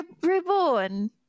reborn